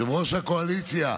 יושב-ראש הקואליציה,